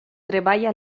treballa